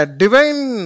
divine